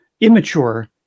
immature